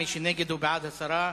מי שנגד, הוא בעד הסרה.